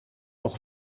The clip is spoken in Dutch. nog